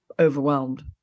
overwhelmed